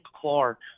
Clark